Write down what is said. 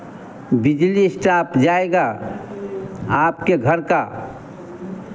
बिजली स्टाफ़ जाएगा आपके घर का